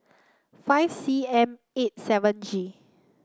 five C M eight seven G